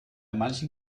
manchen